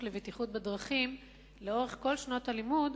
לבטיחות בדרכים לאורך כל שנות הלימוד,